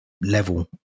level